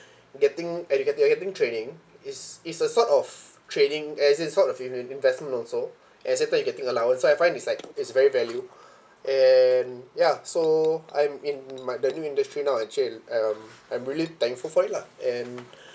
getting educa~ you're getting training it's it's a sort of training as in sort of in~ investment also and same time you're getting allowance so I find it's like it's very value and ya so I'm in my the new industry now at um I'm really thankful for it lah and